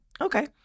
okay